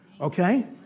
Okay